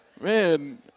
Man